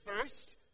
first